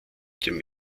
dem